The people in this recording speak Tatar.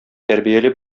тәрбияле